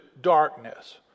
darkness